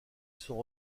sont